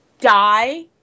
die